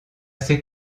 ses